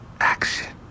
action